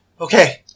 Okay